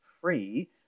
free